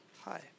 Hi